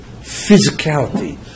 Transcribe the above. physicality